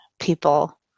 people